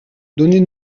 donnez